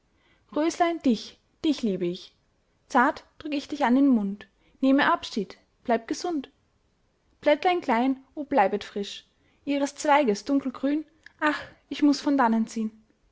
röslein dich dich liebe ich zart drück ich dich an den mund nehme abschied bleib gesund blättlein klein o bleibet frisch ihres zweiges dunkelgrün ach ich muß von dannen zieh'n